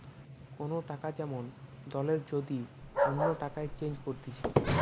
কোন টাকা যেমন দলের যদি অন্য টাকায় চেঞ্জ করতিছে